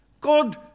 God